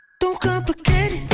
don't complicate it